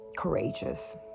Courageous